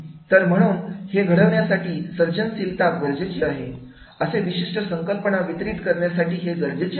तर म्हणून हे घडण्यासाठी सर्जनशीलता गरजेची आहेअसे विशिष्ट संकल्पना वितरित करण्यासाठी हे गरजेचे आहे